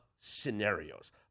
scenarios